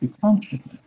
consciousness